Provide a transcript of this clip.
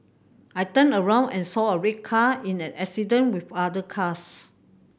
I turned around and saw a red car in an accident with other cars